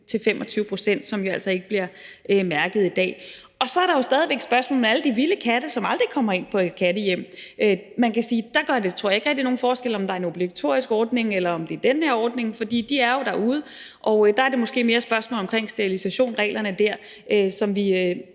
15-25 pct., som jo altså ikke bliver mærket i dag. Og så er der stadig væk spørgsmålet om alle de vilde katte, som aldrig kommer ind på et kattehjem. Man kan sige, at der gør det så ikke rigtig nogen forskel, om der er en obligatorisk ordning, eller om det er den her ordning, for de er jo derude. Og der er det måske mere et spørgsmål om sterilisation i forhold til reglerne dér, som vi